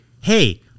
hey